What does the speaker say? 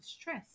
stress